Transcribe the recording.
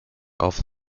off